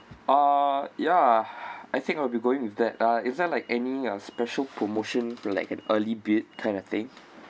ah ya I think I'll be going with that uh is there like any special promotion like an early bird kind of thing